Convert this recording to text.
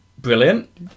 Brilliant